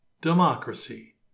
democracy